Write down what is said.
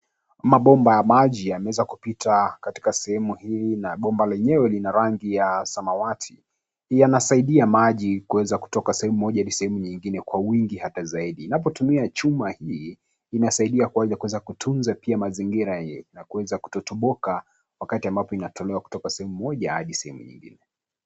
Mabomba ya maji yameweza kupita katika sehemu hii na bomba lenyewe lina rangi ya samawati. Yanasaidia maji kuweza kutoka sehemu moja hadi sehemu nyingine kwa wingi hata zaidi. Inapotumia chuma hii, inasaidia kwa ajili ya kuweza kutunza pia mazingira na kuweza kutotoboka wakati ambapo inatolewa kutoka sehemu moja hadi sehemu nyingine.